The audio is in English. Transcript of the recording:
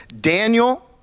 Daniel